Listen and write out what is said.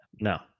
No